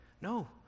No